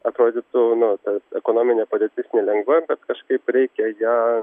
atrodytų nu tas ekonominė padėtis nelengva bet kažkaip reikia ją